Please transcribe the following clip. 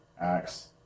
acts